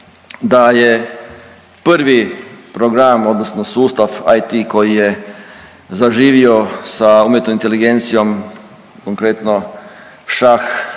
da je prvi program, odnosno sustav IT koji je zaživio sa umjetnom inteligencijom, konkretno šah,